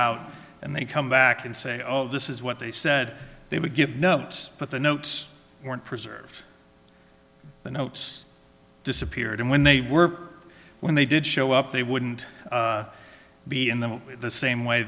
out and they come back and say oh this is what they said they would give no but the notes weren't preserved the notes disappeared and when they were when they did show up they wouldn't be in them the same way